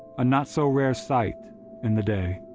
a not-so-rare sight in the day.